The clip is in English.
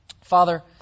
Father